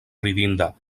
ridinda